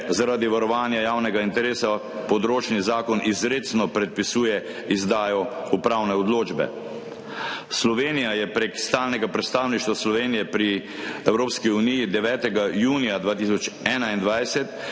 zaradi varovanja javnega interesa področni zakon izrecno predpisuje izdajo upravne odločbe. Slovenija je prek stalnega predstavništva Slovenije pri Evropski uniji 9. junija 2021